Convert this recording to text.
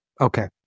Okay